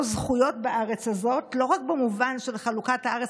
זכויות בארץ הזאת לא רק במובן של חלוקת הארץ.